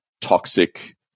toxic